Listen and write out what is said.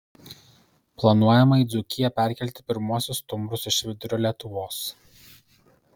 planuojama į dzūkiją perkelti pirmuosius stumbrus iš vidurio lietuvos